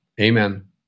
Amen